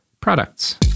products